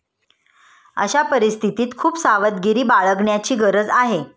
अशा परिस्थितीत खूप सावधगिरी बाळगण्याची गरज आहे